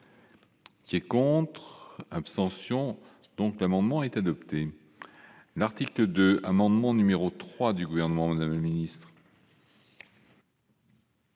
qui est contre l'abstention. Donc, l'amendement est adopté l'article 2 amendements, numéro 3 du gouvernement ne le Ministre.